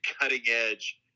cutting-edge